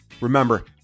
Remember